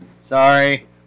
Sorry